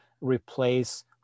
replace